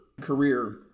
career